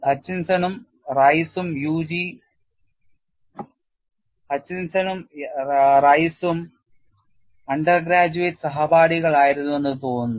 ഹച്ചിൻസണും റൈസും യുജി സഹപാഠികളായിരുന്നുവെന്ന് തോന്നുന്നു